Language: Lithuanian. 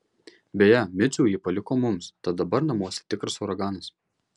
beje micių ji paliko mums tad dabar namuose tikras uraganas